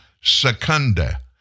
Secunda